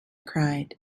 cried